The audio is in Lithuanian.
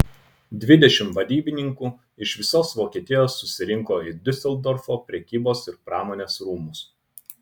dvidešimt vadybininkų iš visos vokietijos susirinko į diuseldorfo prekybos ir pramonės rūmus